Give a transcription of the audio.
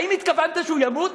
האם התכוונת שהוא ימות?